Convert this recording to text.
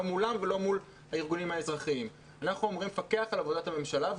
מולם ולא מול הארגונים האזרחיים אנחנו אמורים לפקח על עבודת הממשלה,